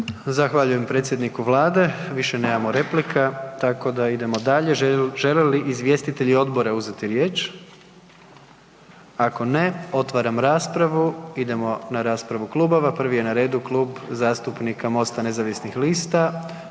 Zahvaljujem predsjedniku Vlade. Više nemamo replika tako da idemo dalje. Žele li izvjestitelji odbora uzeti riječ? Ako ne, otvaram raspravu idemo na raspravu klubova. Prvi je na redu Klub zastupnika Mosta nezavisnih lista,